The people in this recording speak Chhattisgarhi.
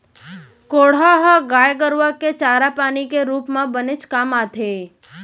कोंढ़ा ह गाय गरूआ के चारा पानी के रूप म बनेच काम आथे